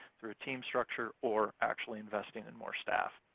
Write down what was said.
through a team structure, or actually investing in more staff.